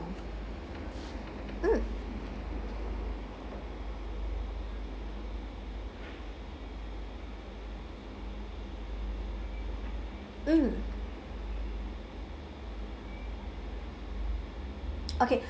mm mm okay